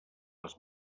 les